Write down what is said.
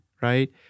right